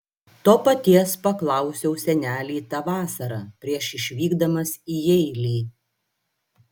to paties paklausiau senelį tą vasarą prieš išvykdamas į jeilį